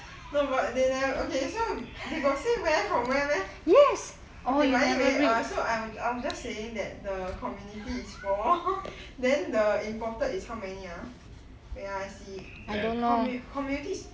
no but they never okay so they got say where from where meh okay but anyway so I was just saying the community is four then the imported is how many ah wait ah I see community is